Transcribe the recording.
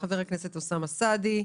חבר הכנסת אוסאמה סעדי,